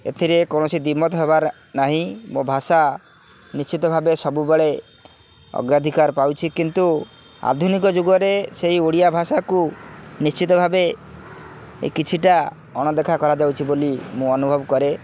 ଏଥିରେ କୌଣସି ଦ୍ଵିମତ ହେବାର ନାହିଁ ମୋ ଭାଷା ନିଶ୍ଚିତ ଭାବେ ସବୁବେଳେ ଅଗ୍ରଧିକାର ପାଉଛି କିନ୍ତୁ ଆଧୁନିକ ଯୁଗରେ ସେଇ ଓଡ଼ିଆ ଭାଷାକୁ ନିଶ୍ଚିତ ଭାବେ କିଛିଟା ଅଣଦେଖା କରାଯାଉଛି ବୋଲି ମୁଁ ଅନୁଭବ କରେ